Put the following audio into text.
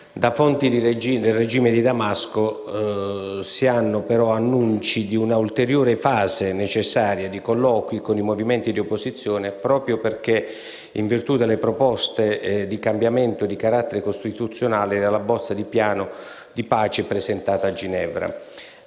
fonti del regime di Damasco danno però annunci di un'ulteriore e necessaria fase di colloqui con i movimenti di opposizione, proprio in virtù delle proposte di cambiamento di carattere costituzionale della bozza di piano di pace presentata a Ginevra.